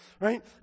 right